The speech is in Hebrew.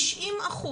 90%,